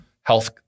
health